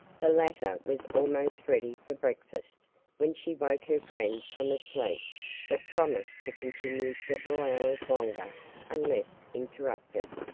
the latter was almost ready for breakfast when she woke her friend from a sleep that promised to continue several hours longer unless interrupted.